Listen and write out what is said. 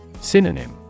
Synonym